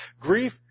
grief